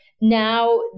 Now